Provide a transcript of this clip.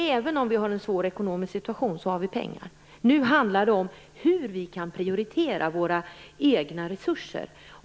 Även om vi har en svår ekonomisk situation så har vi pengar. Nu handlar det om hur vi kan prioritera våra egna resurser.